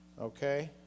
okay